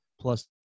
plus